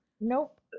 Nope